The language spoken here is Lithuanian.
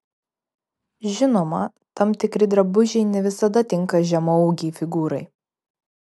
žinoma tam tikri drabužiai ne visada tinka žemaūgei figūrai